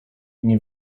nie